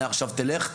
מעכשיו תלך,